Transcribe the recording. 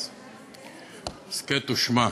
אז הסכת ושמע.